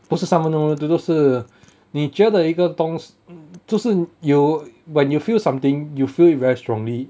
不是三分钟热度就是你觉得一个东就是 you when you feel something you feel it very strongly